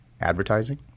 advertising